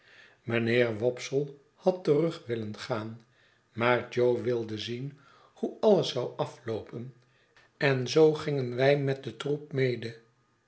mynheer wopsle had terug willen gaan maar jo wilde zien hoe alles zou afloopen en zoo gingen wij met den troep mede